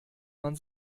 man